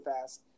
fast